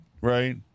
right